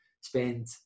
spend